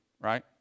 right